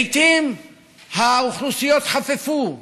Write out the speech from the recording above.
לעיתים האוכלוסיות חפפו,